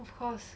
of course